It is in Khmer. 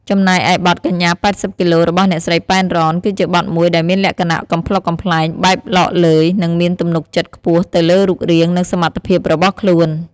ចំណែកឯ បទ កញ្ញា ៨០ គីឡូ របស់អ្នកស្រី ប៉ែន រ៉ន គឺជាបទមួយដែលមានលក្ខណៈកំប្លុកកំប្លែង បែបឡកឡឺយ និងមានទំនុកចិត្តខ្ពស់ទៅលើរូបរាង និងសមត្ថភាពរបស់ខ្លួន។